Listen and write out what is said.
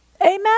Amen